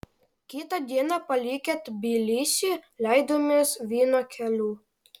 kitą dieną palikę tbilisį leidomės vyno keliu